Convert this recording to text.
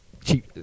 Cheap